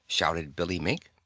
shouted billy mink.